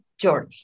journey